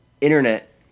Internet